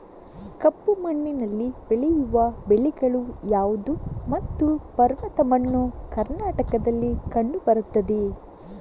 ಕಪ್ಪು ಮಣ್ಣಿನಲ್ಲಿ ಬೆಳೆಯುವ ಬೆಳೆಗಳು ಯಾವುದು ಮತ್ತು ಪರ್ವತ ಮಣ್ಣು ಕರ್ನಾಟಕದಲ್ಲಿ ಕಂಡುಬರುತ್ತದೆಯೇ?